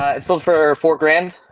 ah it sold for four grand.